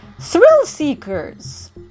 Thrill-seekers